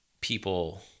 people